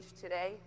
today